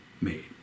made